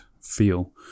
feel